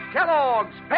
Kellogg's